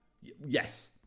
Yes